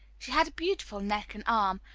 she had a beautiful neck and arm,